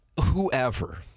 whoever